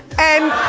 and